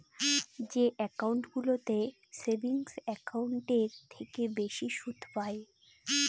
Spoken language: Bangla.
যে একাউন্টগুলোতে সেভিংস একাউন্টের থেকে বেশি সুদ পাই